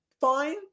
fine